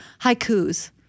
haikus